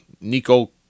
Nico